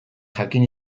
jakin